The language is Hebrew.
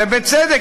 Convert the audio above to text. ובצדק,